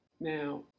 Now